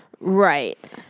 Right